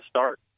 start